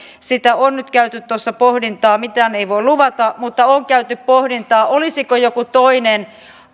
siitä on nyt käyty tuossa pohdintaa mitään ei voi luvata mutta on käyty pohdintaa olisiko joku toinen